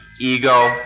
ego